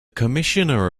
commissioner